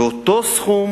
ואותו סכום